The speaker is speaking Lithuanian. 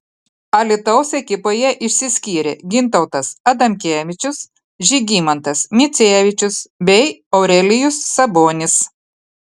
alytaus ekipoje išsiskyrė gintautas adamkevičius žygimantas micevičius bei aurelijus sabonis